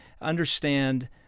understand